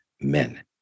men